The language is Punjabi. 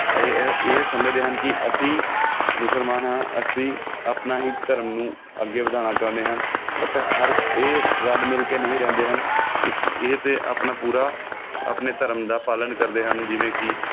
ਇਹ ਇਹ ਸਮਝਦੇ ਹਨ ਕਿ ਅਸੀਂ ਮੁਸਲਮਾਨ ਹਾਂ ਅਸੀਂ ਆਪਣਾ ਹੀ ਧਰਮ ਨੂੰ ਅੱਗੇ ਵਧਾਉਣਾ ਚਾਹੁੰਦੇ ਹਨ ਬਟ ਹਰ ਇਹ ਰਲ ਮਿਲ ਕੇ ਨਹੀਂ ਰਹਿੰਦੇ ਹਨ ਇਸ ਇਹ ਤਾਂ ਆਪਣਾ ਪੂਰਾ ਆਪਣੇ ਧਰਮ ਦਾ ਪਾਲਣ ਕਰਦੇ ਹਨ ਜਿਵੇਂ ਕਿ